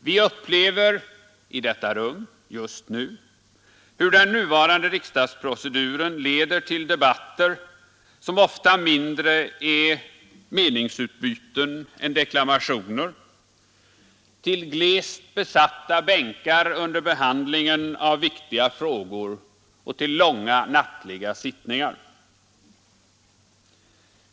Vi upplever i detta rum just nu hur den nuvarande riksdagsproceduren leder till debatter som ofta mindre är meningsutbyten än deklamationer, till glest besatta bänkar under behandlingen av viktiga frågor och till långa nattliga sittningar.